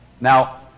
Now